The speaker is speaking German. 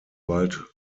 bald